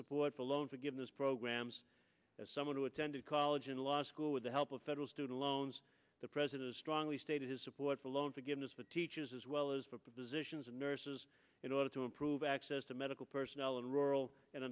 support for loan forgiveness programs as someone who attended college and law school with the help of federal student loans the president strongly stated his support for loan forgiveness for teachers as well as the positions of nurses in order to improve access to medical personnel in rural and